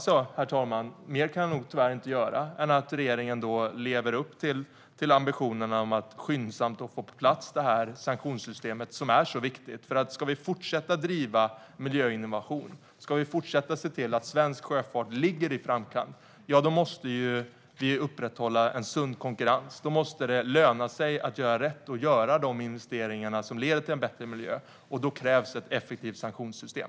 Sedan hoppas jag - mer kan jag nog tyvärr inte göra - att regeringen lever upp till ambitionen att skyndsamt få på plats ett sanktionssystem, som är så viktigt. Om vi ska fortsätta driva miljöinnovation och se till att svensk sjöfart ligger i framkant måste vi upprätthålla en sund konkurrens. Då måste det löna sig att göra rätt och göra de investeringar som leder till en bättre miljö, och då krävs ett effektivt sanktionssystem.